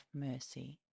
mercy